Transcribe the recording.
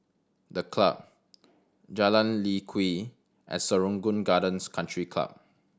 The Club Jalan Lye Kwee and Serangoon Gardens Country Club